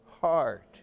heart